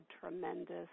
tremendous